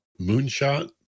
moonshot